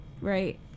right